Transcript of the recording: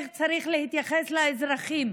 איך צריך להתייחס לאזרחים,